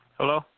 Hello